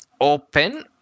open